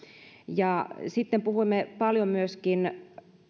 sitten puhuimme paljon myöskin